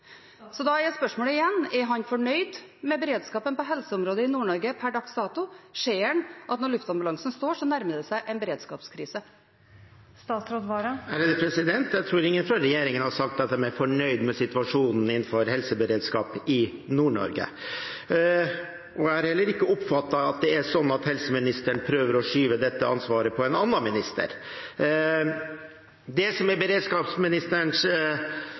Da er spørsmålet igjen: Er han fornøyd med beredskapen på helseområdet i Nord-Norge per dags dato? Ser han at når luftambulansen står, så nærmer det seg en beredskapskrise? Jeg tror ingen fra regjeringen har sagt at de er fornøyd med situasjonen innenfor helseberedskapen i Nord-Norge. Jeg har heller ikke oppfattet at helseministeren prøver å skyve dette ansvaret over på en annen minister. Det som er beredskapsministerens